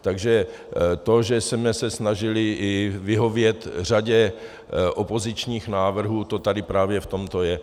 Takže to, že jsme se snažili vyhovět i řadě opozičních návrhů, to tady právě v tomto je.